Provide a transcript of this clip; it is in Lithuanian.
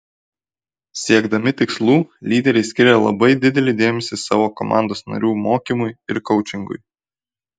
siekdami tikslų lyderiai skiria labai didelį dėmesį savo komandos narių mokymui ir koučingui